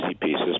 pieces